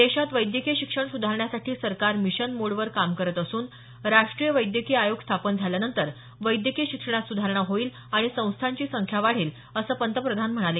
देशात वैद्यकीय शिक्षण सुधारण्यासाठी सरकार मिशन मोड वर काम करत असून राष्ट्रीय वैद्यकीय आयोग स्थापन झाल्यानंतर वैद्यकीय शिक्षणात सुधारणा होईल आणि संस्थांची संख्या वाढेल असं पंतप्रधान म्हणाले